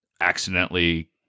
accidentally